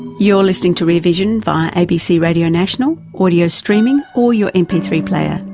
you're listening to rear vision via abc radio national, audio streaming, or your m p three player.